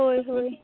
ᱦᱚᱭ ᱦᱚᱭ